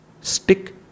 stick